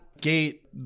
gate